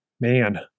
man